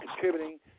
contributing